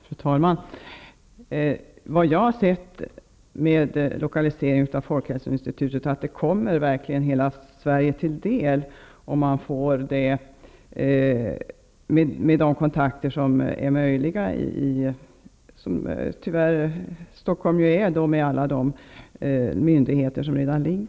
Fru talman! Det som jag har funnit i vad gäller lokaliseringen av Folkshälsoinstitutet är att institutet kommer hela Sverige till del om det ligger i Stockholm, med alla de möjligheter till kontakter som finns där. Tyvärr finns det ju redan så många myndigheter i Stockholm.